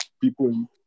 People